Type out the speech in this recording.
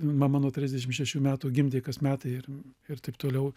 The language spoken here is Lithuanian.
mama nuo trisdešim šešių metų gimdė kas metai ir ir taip toliau